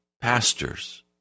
pastors